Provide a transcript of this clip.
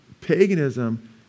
paganism